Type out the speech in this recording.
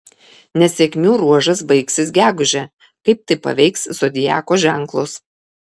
nesėkmių ruožas baigsis gegužę kaip tai paveiks zodiako ženklus